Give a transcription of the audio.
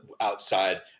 outside